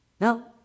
No